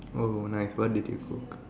oh nice what did you cook